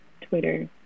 Twitter